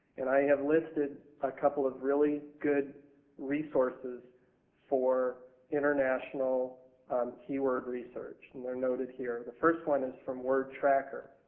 and i have listed a couple of really good resources for international keyword research and theyire noted here. the first one is from wordtracker.